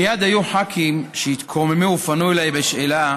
מייד היו ח"כים שהתקוממו ופנו אליי בשאלה